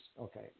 Okay